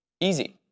easy